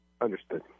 Understood